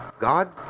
God